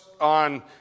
on